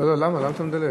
למה, למה אתה מדלג?